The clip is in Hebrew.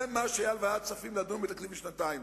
זה מה שהיה לוועדת הכספים לדון בתקציב לשנתיים.